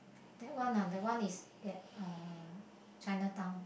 that one ah that one is at uh Chinatown